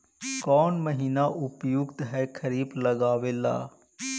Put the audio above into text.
कौन महीना उपयुकत है खरिफ लगावे ला?